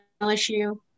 lsu